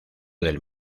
del